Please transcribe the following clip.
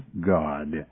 God